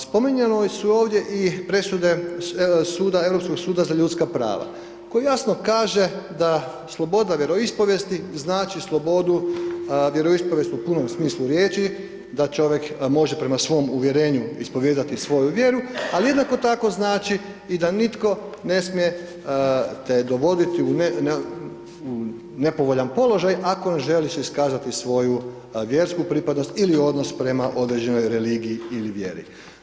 Spominjane su ovdje i presude suda, Europskog suda za ljudska prava koji jasno kaže da sloboda vjeroispovijesti znači slobodu, vjeroispovijest u punom smislu riječi, da čovjek može prema svom uvjerenju ispovijedati svoju vjeru, al jednako tako znači i da nitko ne smije te dovoditi u nepovoljan položaj ako ne želiš iskazati svoju vjersku pripadnost ili odnos prema određenoj religiji ili vjeri.